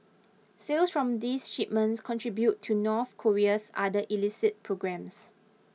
sales from these shipments contribute to North Korea's other illicit programmes